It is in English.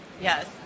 yes